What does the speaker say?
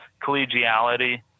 collegiality